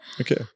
okay